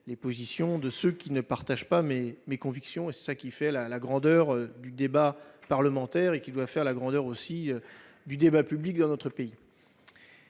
les positions de ceux qui ne partagent pas les miennes. C'est ce qui fait la grandeur du débat parlementaire et qui doit aussi faire celle du débat public dans notre pays.